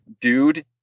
dude